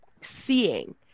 seeing